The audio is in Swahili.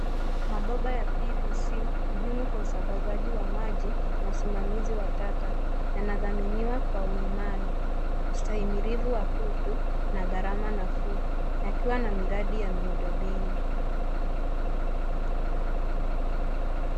Mabomba ya pvc zimo kwa usambazaji wa maji na usimamizi wa taka. Yanadhaminiwa kwa uimara ,ustahimilivi wa kutu na gharama nafuu yakiwa na miradi ya miundo mbinu.